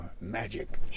magic